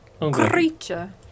Creature